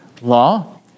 law